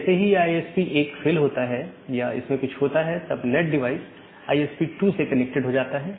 जैसे ही यह आईएसपी 1 फेल होता है या इसमें कुछ होता है तब नैट डिवाइस आईएसपी 2 से कनेक्ट हो जाता है